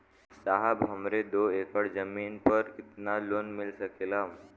साहब हमरे दो एकड़ जमीन पर कितनालोन मिल सकेला?